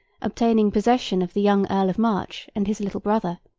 obtaining possession of the young earl of march and his little brother,